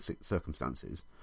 circumstances